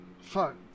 fuck